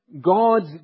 God's